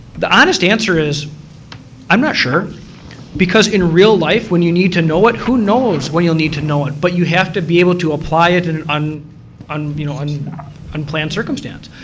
the honest answer is i'm not sure because in real life when you need to know it, who knows when you'll need to know it, but you have to be able to apply it and on on you know unplanned circumstance.